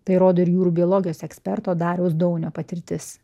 tai rodo ir jūrų biologijos eksperto dariaus daunio patirtis